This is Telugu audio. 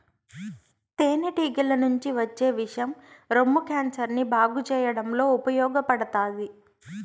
తేనె టీగల నుంచి వచ్చే విషం రొమ్ము క్యాన్సర్ ని బాగు చేయడంలో ఉపయోగపడతాది